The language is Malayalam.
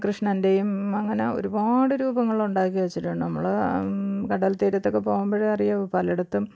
കൃഷ്ണന്റേയും അങ്ങനെ ഒരുപാട് രൂപങ്ങൾ ഉണ്ടാക്കി വച്ചിട്ടുണ്ട് നമ്മൾ കടല്ത്തീരത്തൊക്കെ പോവുമ്പോഴെ അറിയാവൂ പലയിടുത്തും